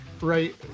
right